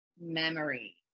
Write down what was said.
memory